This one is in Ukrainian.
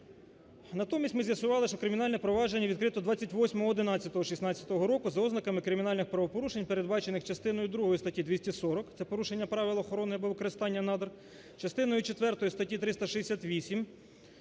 Натомість ми з'ясували, що кримінальне провадження відкрито 28.11.2016 року за ознаками кримінальних правопорушень, передбачених частиною другою статті 240 – це "Порушення правил охорони або використання надр"; частиною четвертою статті 368